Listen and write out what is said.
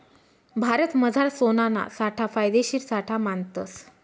भारतमझार सोनाना साठा फायदेशीर साठा मानतस